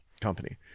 company